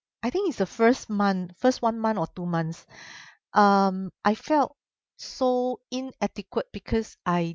I think is the first month first one month or two months um I felt so inadequate because I